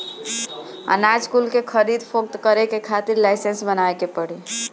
अनाज कुल के खरीद फोक्त करे के खातिर लाइसेंस बनवावे के पड़ी